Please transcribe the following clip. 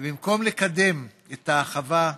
ובמקום לקדם את האחווה,